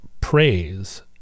praise